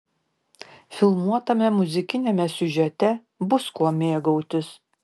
filmuotame muzikiniame siužete bus kuo mėgautis